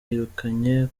yirukanye